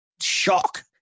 shock